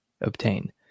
obtain